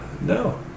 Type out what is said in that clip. No